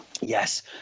Yes